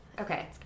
Okay